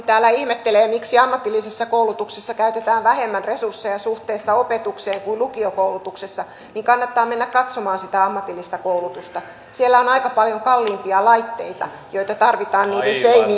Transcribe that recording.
täällä ihmettelee miksi ammatillisessa koulutuksessa käytetään vähemmän resursseja suhteessa opetukseen kuin lukiokoulutuksessa niin kannattaa mennä katsomaan sitä ammatillista koulutusta siellä on aika paljon kalliimpia laitteita joita tarvitaan niiden seinien